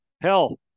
Hell